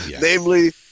namely